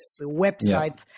website